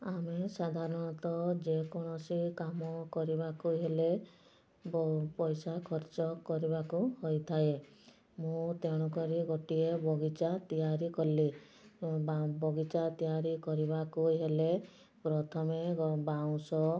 ଆମେ ସାଧାରଣତଃ ଯେକୌଣସି କାମ କରିବାକୁ ହେଲେ ବହୁ ପଇସା ଖର୍ଚ୍ଚ କରିବାକୁ ହୋଇଥାଏ ମୁଁ ତେଣୁକରି ଗୋଟିଏ ବଗିଚା ତିଆରି କଲି ବଗିଚା ତିଆରି କରିବାକୁ ହେଲେ ପ୍ରଥମେ ଏକ ବାଉଁଶ